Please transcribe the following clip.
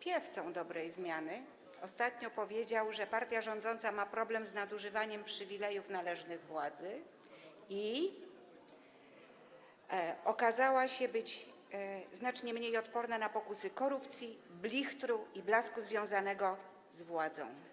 piewcą dobrej zmiany, ostatnio powiedział, że partia rządząca ma problem z nadużywaniem przywilejów należnych władzy i okazała się być znacznie mniej odporna na pokusy korupcji, blichtru i blasku związanego z władzą.